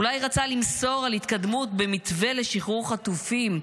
אולי רצה למסור על התקדמות במתווה לשחרור חטופים,